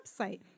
website